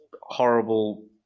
horrible